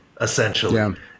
essentially